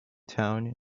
town